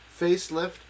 Facelift